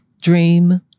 Dream